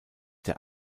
der